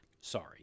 Sorry